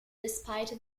despite